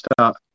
start